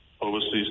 overseas